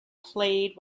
played